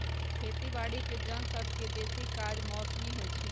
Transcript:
खेती बाड़ीके जन सभके बेशी काज मौसमी होइ छइ